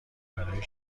برای